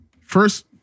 first